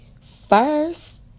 First